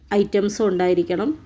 ഐറ്റംസും ഉണ്ടായിരിക്കണം